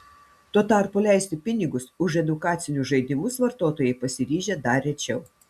tuo tarpu leisti pinigus už edukacinius žaidimus vartotojai pasiryžę dar rečiau